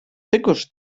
tegoż